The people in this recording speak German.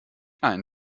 ein